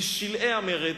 בשלהי המרד,